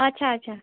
آچھا آچھا